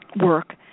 work